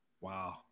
Wow